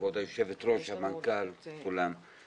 כבוד היושבת ראש, המנכ"ל, כולם.